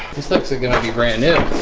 this looks is gonna be brand new